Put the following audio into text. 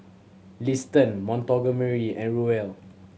Liston Montgomery and Ruel